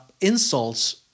insults